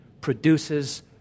produces